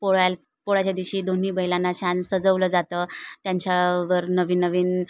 पोळ्याला पोळ्याच्या दिवशी दोन्ही बैलांना छान सजवलं जातं त्यांच्यावर नवीन नवीन